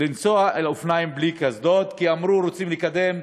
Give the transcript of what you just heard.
לנסוע על אופניים בלי קסדות, כי אמרו שרוצים לקדם